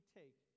take